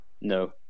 No